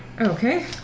Okay